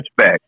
touchback